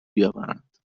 بیاورند